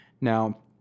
Now